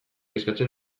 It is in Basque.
eskatzen